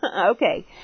Okay